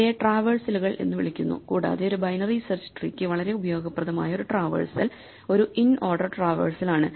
ഇവയെ ട്രാവേഴ്സലുകൾ എന്ന് വിളിക്കുന്നു കൂടാതെ ഒരു ബൈനറി സെർച്ച് ട്രീയ്ക്ക് വളരെ ഉപയോഗപ്രദമായ ഒരു ട്രാവേഴ്സൽ ഒരു ഇൻഓർഡർ ട്രാവേഴ്സലാണ്